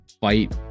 fight